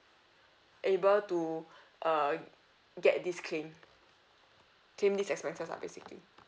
able to uh get this claim claim these expenses lah basically